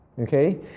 Okay